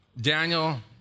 Daniel